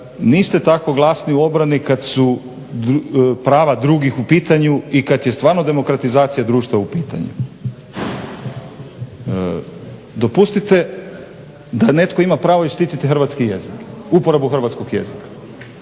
Niste tako glasni u obrani kad su prava drugih u pitanju i kad je stvarno demokratizacija društva u pitanju. Dopustite da netko ima pravo i štititi hrvatski jezik, uporabu hrvatskog jezika